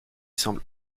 semble